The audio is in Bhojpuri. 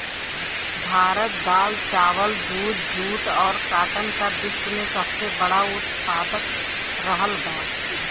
भारत दाल चावल दूध जूट और काटन का विश्व में सबसे बड़ा उतपादक रहल बा